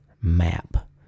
Map